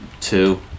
two